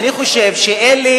אני חושב שאלה